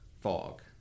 fog